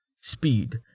Speed